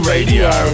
Radio